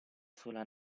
sola